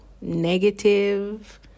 negative